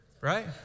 Right